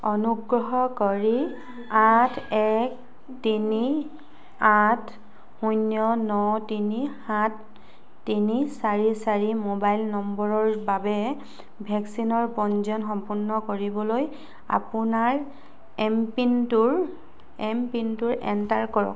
অনুগ্ৰহ কৰি আঠ এক তিনি আঠ শূন্য ন তিনি সাত তিনি চাৰি চাৰি মোবাইল নম্বৰৰ বাবে ভেকচিনৰ পঞ্জীয়ন সম্পূৰ্ণ কৰিবলৈ আপোনাৰ এমপিনটোৰ এমপিনটো এণ্টাৰ কৰক